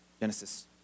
Genesis